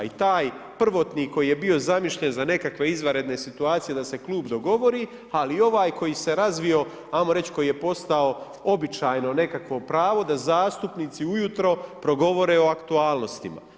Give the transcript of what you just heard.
I taj prvotni koji je bio zamišljen za nekakve izvanredne situacije da se klub dogovori, ali i ovaj koji se razvio hajmo reći koji je postao običajno nekakvo pravo da zastupnici ujutro progovore o aktualnostima.